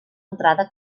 entrada